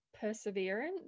perseverance